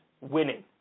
winning